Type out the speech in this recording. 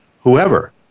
whoever